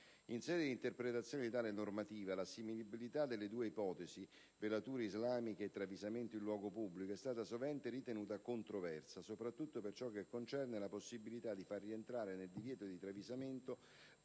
In sede di interpretazione di tale normativa, l'assimilabilità delle due ipotesi (velature islamiche e travisamento in luogo pubblico) è stata sovente ritenuta controversa, soprattutto per ciò che concerne la possibilità di far rientrare nel divieto di travisamento